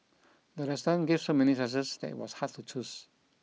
the restaurant gave so many choices that was hard to choose